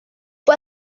fue